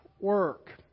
work